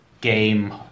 game